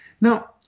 Now